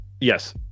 Yes